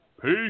Peace